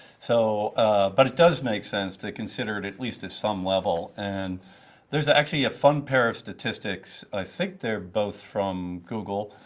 so but it does make sense to consider it at least at some level. and there's ah actually a fun pair of statistics i think they're both from google.